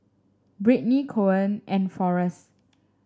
Britney Coen and Forest